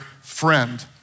friend